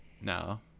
No